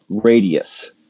radius